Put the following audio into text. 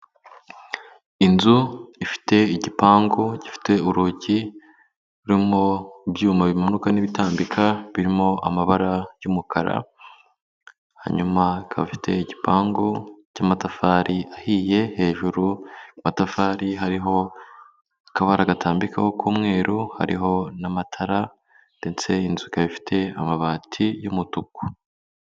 Inzu ifite igipangu gifite urugi rurimo ibyuma bimanuka n'ibitambika, birimo amabara y'umukara, hanyuma ikaba ifite igipangu cy'amatafari ahiye, hejuru y'amatafari hariho akabara gatambikaho k'umweru, hariho n'amatara ndetse inzu ikaba ifite amabati y'umutuku.